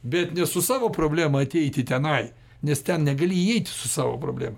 bet ne su savo problema ateiti tenai nes ten negali įeiti su savo problema